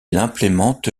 implémente